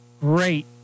great